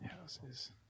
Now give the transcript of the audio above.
Houses